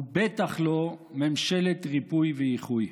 ובטח לא ממשלת ריפוי ואיחוי.